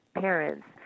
parents